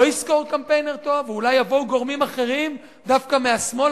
לא ישכור קמפיינר טוב ואולי יבואו גורמים אחרים דווקא מהשמאל,